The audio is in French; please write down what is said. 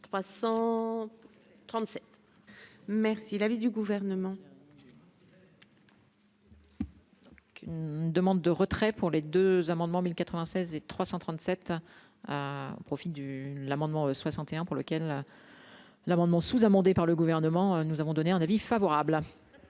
337. Merci l'avis du gouvernement. Qu'une demande de retrait pour les 2 amendements 1096 et 337 profite du l'amendement 61 pour lequel l'amendement sous-amendé par le gouvernement, nous avons donné un avis favorable.